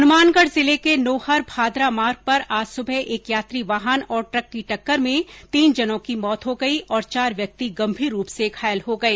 हनुमानगढ जिले में नोहर भादरा मार्ग पर आज सुबह एक यात्री वाहन और ट्रक की टक्कर में तीन जनों की मौत हो गई और चार व्यक्ति गंभीर रूप से घायल हो गए